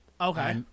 okay